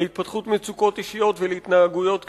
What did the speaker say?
להתפתחות מצוקות אישיות ולהתנהגויות סיכון.